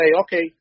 okay